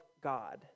God